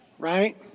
Right